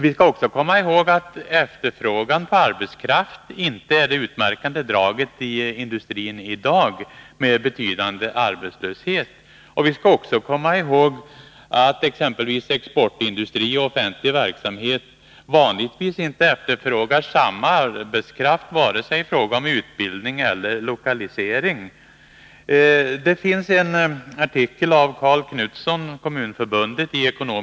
Vi skall också komma ihåg att efterfrågan på arbetskraft inte är det utmärkande draget för industrin i dag, med betydande arbetslöshet. Vi skall vidare komma ihåg att exempelvis exportindustri och offentlig verksamhet vanligtvis inte efterfrågar samma arbetskraft, vare sig i fråga om utbildning eller i fråga om lokalisering. I Ekonomisk Revy nr 3 finns det en artikel av Karl Knutsson, Kommunförbundet.